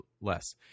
less